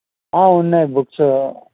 ఉన్నాయి బుక్సు